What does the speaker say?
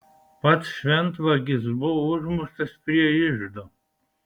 pats šventvagis buvo užmuštas prie iždo